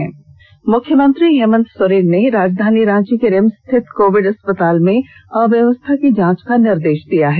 मुख्यमंत्री मुख्यमंत्री हेमंत सोरेन ने राजधानी रांची के रिम्स स्थित कोविड अस्पताल में अव्यवस्था की जांच का निर्देश दिया है